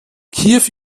kiew